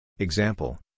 Example